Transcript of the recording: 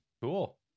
Cool